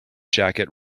jacket